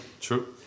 True